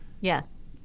Yes